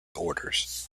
orders